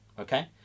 Okay